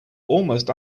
almost